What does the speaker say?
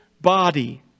body